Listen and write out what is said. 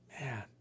man